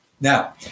Now